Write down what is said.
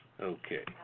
Okay